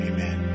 Amen